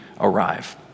arrive